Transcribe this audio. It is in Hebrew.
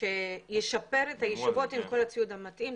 ציוד שישפר את הישיבות עם כל הציוד המתאים,